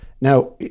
Now